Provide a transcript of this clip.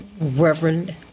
Reverend